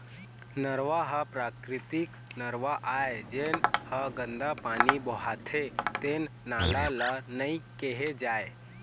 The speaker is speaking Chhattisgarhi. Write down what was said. नरूवा ह प्राकृतिक नरूवा आय, जेन ह गंदा पानी बोहाथे तेन नाला ल नइ केहे जाए